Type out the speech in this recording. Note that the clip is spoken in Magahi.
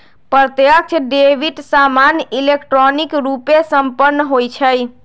प्रत्यक्ष डेबिट सामान्य इलेक्ट्रॉनिक रूपे संपन्न होइ छइ